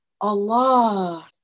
Allah